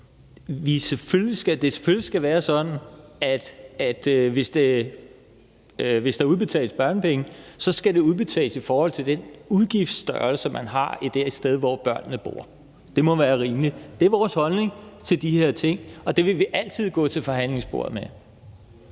at det selvfølgelig skal være sådan, at hvis der udbetales børnepenge, skal de udbetales i forhold til den udgiftsstørrelse, man har der, hvor børnene bor. Det må være rimeligt. Det er vores holdning til de her ting, og det vil vi altid gå til forhandlingsbordet med.